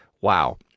wow